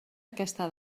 aquesta